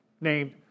named